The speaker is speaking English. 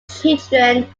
children